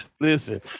Listen